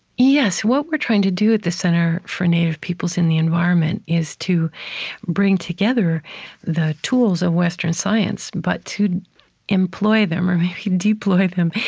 yes. what we're trying to do at the center for native peoples and the environment is to bring together the tools of western science, but to employ them, or maybe deploy them,